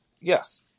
Yes